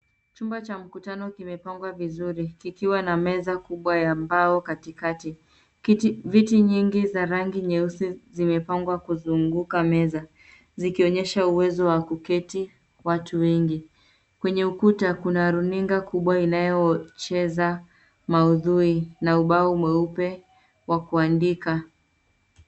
Chumba cha mkutano kimepangwa vizuri kikiwa na meza kubwa ya mbao katikati. Viti nyingi za rangi nyeusi zimepangwa kuzunguka meza zikionyesha uwezo wa kuketi watu wengi. Kwenye ukuta kuna runinga kubwa inayocheza maudhui na ubao mweupe wa kuandika.